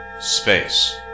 Space